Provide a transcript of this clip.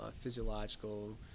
physiological